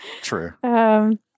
True